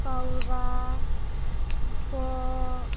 ᱯᱟᱣᱨᱟ ᱠᱚᱸᱜ